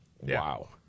Wow